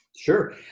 Sure